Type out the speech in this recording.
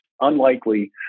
unlikely